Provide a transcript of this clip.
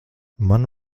man